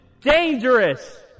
dangerous